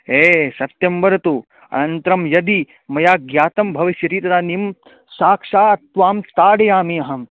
एय् सत्यं वदतु अनन्तरं यदि मया ज्ञातं भविष्यति तदानीं साक्षात् त्वां ताडयामि अहम्